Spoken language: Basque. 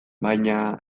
baina